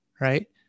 right